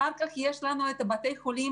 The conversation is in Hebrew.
אחר כך יש לנו את אתרי הדחק בבתי החולים,